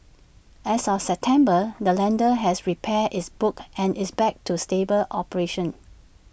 as of September the lender has repaired its books and is back to stable operations